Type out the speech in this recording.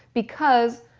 because,